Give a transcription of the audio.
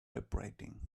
vibrating